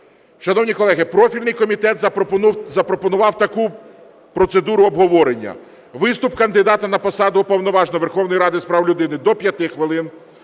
Шановні колеги, профільний комітет запропонував таку процедуру обговорення. Виступ кандидата на посаду Уповноваженого Верховної Ради з прав людини – до 5 хвилин;